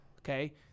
okay